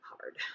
hard